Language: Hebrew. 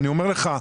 אני אומר לך,